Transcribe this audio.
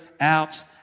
out